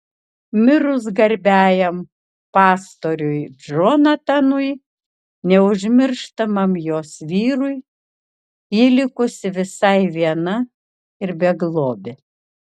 mirus garbiajam pastoriui džonatanui neužmirštamam jos vyrui ji likusi visai viena ir beglobė